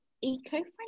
eco-friendly